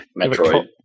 Metroid